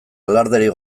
alarderik